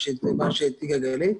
מה שהציגה גלית.